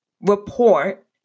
report